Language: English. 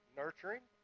nurturing